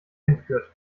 hinführt